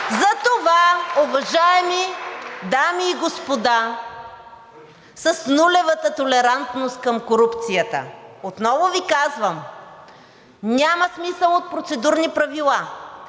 Затова, уважаеми дами и господа, с нулевата толерантност към корупцията отново Ви казвам: няма смисъл от процедурни правила.